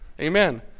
Amen